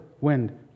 wind